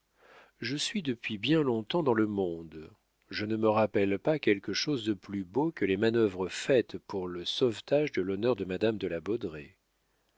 je suis depuis bien long-temps dans le monde je ne me rappelle pas quelque chose de plus beau que les manœuvres faites pour le sauvetage de l'honneur de madame de la